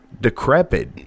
decrepit